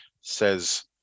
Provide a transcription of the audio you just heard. says